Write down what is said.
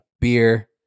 Beer